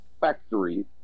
factory